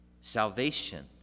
salvation